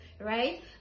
right